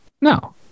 no